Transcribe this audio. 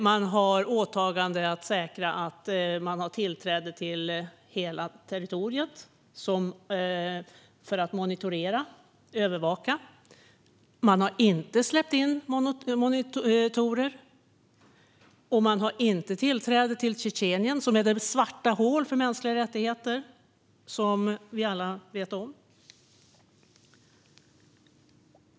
Man har åtagande om att säkra tillträde till hela territoriet för att monitorera, övervaka. Man har inte släppt in monitorer, och det finns inget tillträde till Tjetjenien, som vi alla vet är ett svart hål för mänskliga rättigheter.